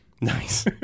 Nice